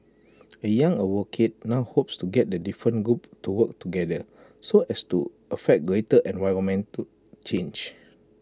A young advocate now hopes to get the different groups to work together so as to affect greater environmental change